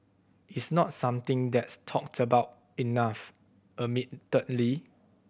it's not something that's talked about enough admittedly